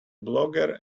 blogger